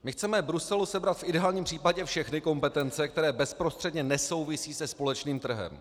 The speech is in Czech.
My chceme Bruselu sebrat v ideálním případě všechny kompetence, které bezprostředně nesouvisí se společným trhem.